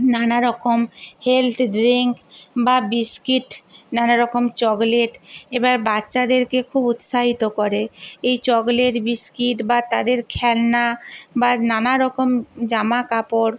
নানা রকম health drink বা বিস্কিট নানা রকম চকলেট এবার বাচ্চাদেরকে খুব উৎসাহিত করে এই চকলেট বিস্কিট বা তাদের খেলনা বা নানা রকম জামা কাপড়